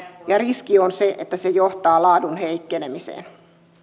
ja riski on se että se johtaa laadun heikkenemiseen